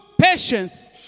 patience